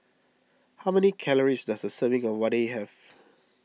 how many calories does a serving of Vadai have